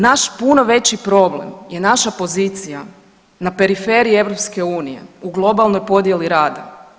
Naš puno veći problem je naša pozicija na periferiji EU u globalnoj podjeli rada.